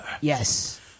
Yes